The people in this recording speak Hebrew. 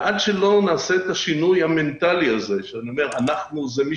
עד שלא נעשה את השינוי המנטלי הזה אנחנו זה מי